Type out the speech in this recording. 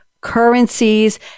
currencies